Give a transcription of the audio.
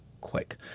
quick